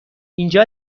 اینجا